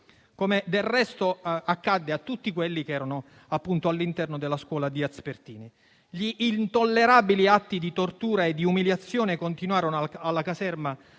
come del resto accadde a tutti quelli che erano appunto all'interno della scuola. Gli intollerabili atti di tortura e di umiliazione continuarono alla caserma